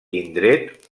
indret